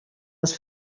les